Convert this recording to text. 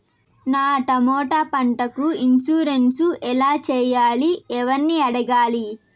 నా టమోటా పంటకు ఇన్సూరెన్సు ఎలా చెయ్యాలి? ఎవర్ని అడగాలి?